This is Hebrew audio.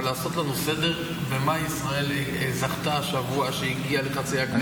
אבל לעשות לנו סדר במה ישראל זכתה השבוע כשהגיעה לחצי הגמר,